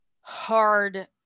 hard